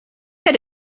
had